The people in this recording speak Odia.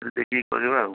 ଟିକିଏ ଦେଖିକି କରିବା ଆଉ